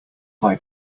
buy